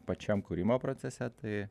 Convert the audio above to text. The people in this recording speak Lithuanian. pačiam kūrimo procese tai